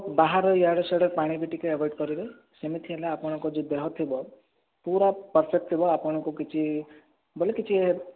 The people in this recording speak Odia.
ବାହାର ଇଆଡ଼ୁ ସିଆଡ଼ୁ ପାଣି ବି ଟିକିଏ ଏଭୋଏଡ଼ କରିବେ ସେମିତି ହେଲେ ଆପଣଙ୍କ ଯୋଉ ଦେହ ଥିବ ପୁରା ପରଫେକ୍ଟ ଥିବ ଆପଣଙ୍କୁ କିଛି ବୋଲି କିଛି